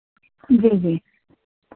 जी जी